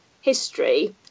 history